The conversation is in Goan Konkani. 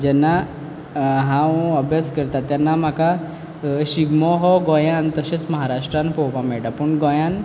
जेन्ना हांव अभ्यास करतां तेन्ना म्हाका शिगमो हो गोंयान तशेंच महाराष्ट्रान पोवपा मेयटा पूण गोंयान